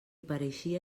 pareixia